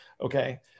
Okay